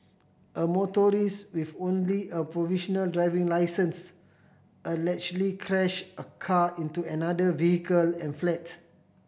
a motorist with only a provisional driving licence allegedly crashed a car into another vehicle and fled